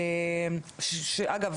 אגב,